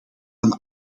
aan